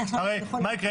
מה יקרה?